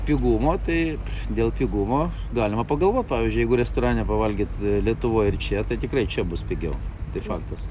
pigumo tai dėl pigumo galima pagalvot pavyzdžiui jeigu restorane pavalgyt lietuvoje ir čia tai tikrai čia bus pigiau tai faktas